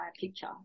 picture